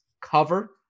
cover